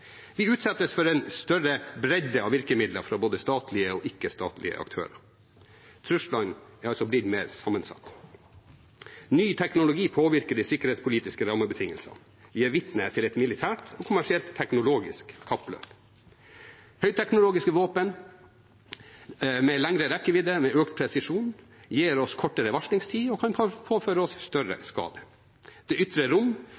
Vi utsettes for en større bredde av virkemidler fra både statlige og ikke-statlige aktører. Truslene er blitt mer sammensatte. Ny teknologi påvirker de sikkerhetspolitiske rammebetingelsene. Vi er vitne til et militært og kommersielt teknologisk kappløp. Høyteknologiske våpen med lengre rekkevidde og økt presisjon gir oss kortere varslingstid og kan påføre oss større skade. Det ytre rom